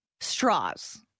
straws